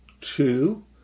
Two